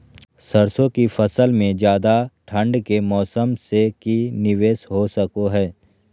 सरसों की फसल में ज्यादा ठंड के मौसम से की निवेस हो सको हय?